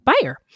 buyer